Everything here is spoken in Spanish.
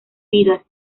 vidas